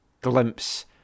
glimpse